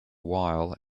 while